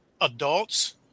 adults